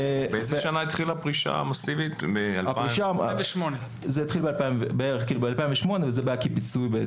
הפרישה המסיבית התחילה ב-2008 וזה בא כפיצוי.